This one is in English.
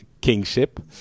kingship